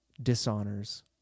dishonors